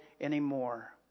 anymore